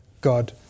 God